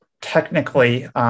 technically